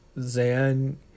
Zan